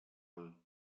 all